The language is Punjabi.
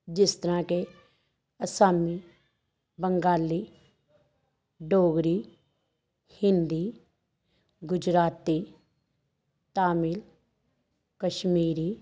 ਜਿਸ ਤਰ੍ਹਾਂ ਕਿ ਆਸਾਮੀ ਬੰਗਾਲੀ ਡੋਗਰੀ ਹਿੰਦੀ ਗੁਜਰਾਤੀ ਤਾਮਿਲ ਕਸ਼ਮੀਰੀ